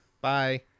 Bye